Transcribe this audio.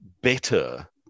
better